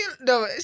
no